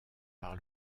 par